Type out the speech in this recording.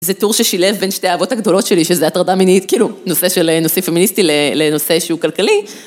זה טור ששילב בין שתי האהבות הגדולות שלי, שזה הטרדה מינית, כאילו נושא פמיניסטי לנושא שהוא כלכלי.